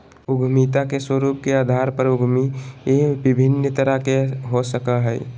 उद्यमिता के स्वरूप के अधार पर उद्यमी विभिन्न तरह के हो सकय हइ